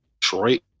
Detroit